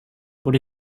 but